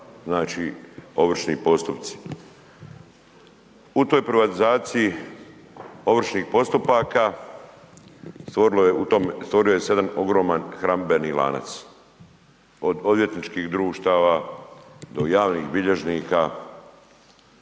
ovršni postupci. U toj privatizaciji ovršnih postupaka stvorio se jedan ogroman hranidbeni lanac od odvjetničkih društava do javnih bilježnika,